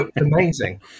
amazing